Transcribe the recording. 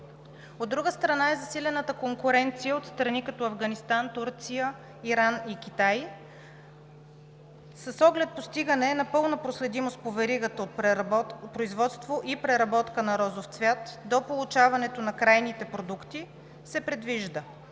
От друга страна, е засилената конкуренция от страни като Афганистан, Турция, Иран и Китай. С оглед постигане на пълна проследимост по веригата от производство и преработка на розов цвят до получаването на крайните продукти се предвижда